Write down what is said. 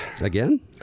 Again